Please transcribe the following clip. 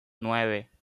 nueve